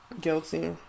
guilty